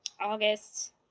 august